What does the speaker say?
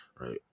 right